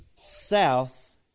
south